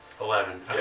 Eleven